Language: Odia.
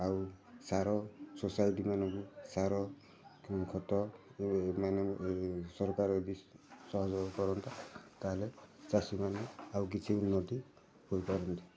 ଆଉ ସାର ସୋସାଇଟିମାନଙ୍କୁ ସାର ଖତ ସରକାର ଯଦି ସହଯୋଗ କରନ୍ତା ତା'ହେଲେ ଚାଷୀମାନେ ଆଉ କିଛି ଉନ୍ନତି ହୋଇପାରନ୍ତି